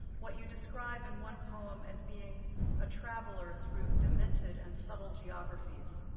what you describe in one poem as being a traveler through demented and subtle geographies.